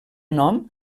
nom